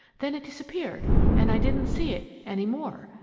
then it disappeared and i didn't see it any more.